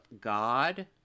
God